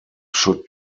should